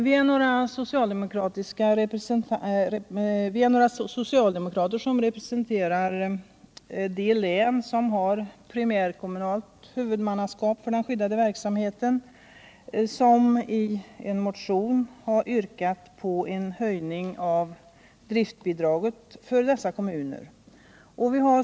Vi, några socialdemokratiska representanter för de län som har primärkommunalt huvudmannaskap för den skyddade verksamheten, har i motionen 1977/78:44 yrkat på en höjning av driftbidraget för dessa kommuner.